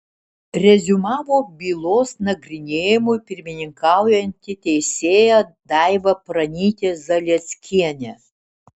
reziumavo bylos nagrinėjimui pirmininkaujanti teisėja daiva pranytė zalieckienė